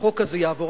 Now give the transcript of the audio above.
שהחוק הזה יעבור?